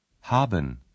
Haben